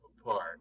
apart